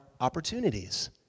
opportunities